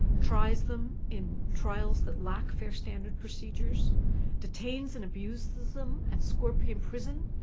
tries them in trials that lack fair standards procedures detains and abuses them at scorpion prison,